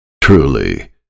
Truly